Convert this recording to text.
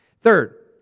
Third